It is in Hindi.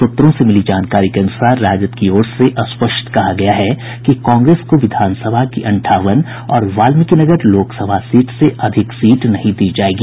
सूत्रों से मिली जानकारी के अनुसार राजद की ओर से स्पष्ट कहा गया है कि कांग्रेस को विधानसभा की अंठावन और वाल्मीकिनगर लोकसभा सीट से अधिक सीट नहीं दी जायेगी